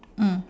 mm